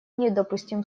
недопустим